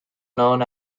known